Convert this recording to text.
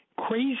Crazy